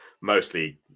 mostly